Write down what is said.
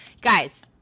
Guys